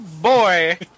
boy